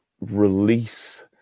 release